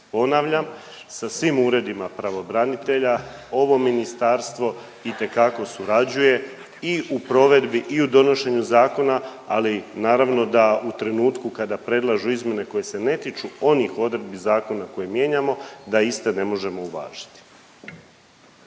Ponavljam, sa svim uredima pravobranitelja ovo ministarstvo itekako surađuje i u provedbi i u donošenju zakona, ali naravno da u trenutku kada predlažu izmjene koje se ne tiču onih odredbi zakona koje mijenjamo, da iste ne možemo uvažiti.